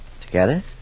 Together